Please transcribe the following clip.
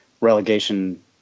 relegation